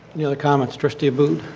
any other comments? trustee abboud?